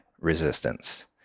resistance